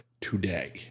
today